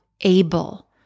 able